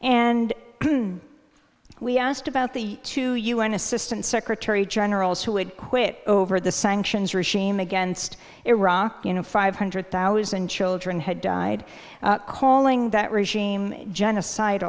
and we asked about the two u n assistant secretary generals who had quit over the sanctions regime against iraq you know five hundred thousand children had died calling that regime genocid